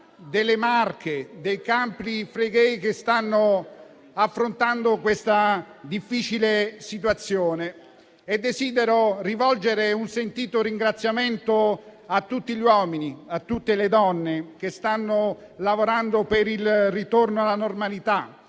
delle Marche e dei Campi Flegrei, che stanno affrontando una difficile situazione. E desidero rivolgere un sentito ringraziamento a tutti gli uomini e a tutte le donne che stanno lavorando per il ritorno alla normalità.